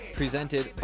presented